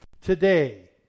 Today